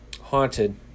Haunted